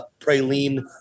praline